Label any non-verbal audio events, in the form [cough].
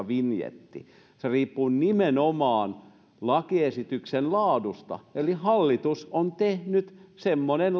[unintelligible] vinjettiä se riippuu nimenomaan lakiesityksen laadusta eli hallitus on tehnyt semmoisen [unintelligible]